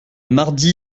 mardi